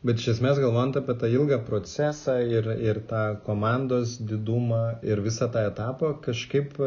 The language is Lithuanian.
bet iš esmės galvojant apie tą ilgą procesą ir ir tą komandos didumą ir visą tą etapą kažkaip